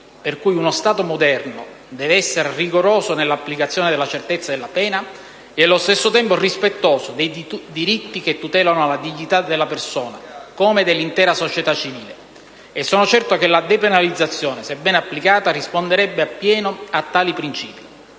per cui uno Stato moderno deve essere rigoroso nell'applicazione della certezza della pena e, allo stesso tempo, rispettoso dei diritti che tutelano la dignità della persona, come dell'intera società civile. Sono certo che la depenalizzazione, se ben applicata, risponderebbe appieno a tali principi.